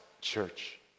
church